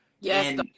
yes